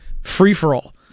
free-for-all